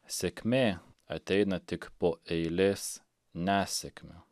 sėkmė ateina tik po eilės nesėkmių